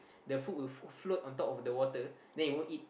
the food will f~ float on top of the water then it won't eat